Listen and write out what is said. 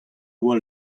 doa